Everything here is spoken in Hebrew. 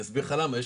אני אסביר לך למה.